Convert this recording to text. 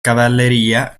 cavalleria